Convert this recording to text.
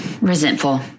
resentful